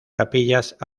capillas